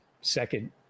second